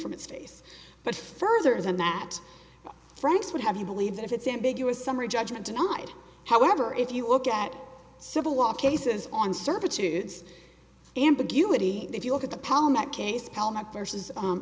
from its case but further than that franks would have you believe that it's ambiguous summary judgment denied however if you look at civil law cases on servitude ambiguity if you look at the palm that case parliament versus